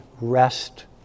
rest